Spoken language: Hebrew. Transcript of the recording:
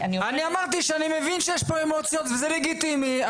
אני אמרתי שאני מבין שיש פה אמוציות וזה לגיטימי.